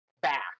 back